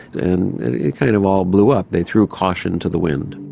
and it kind of all blew up. they threw caution to the wind.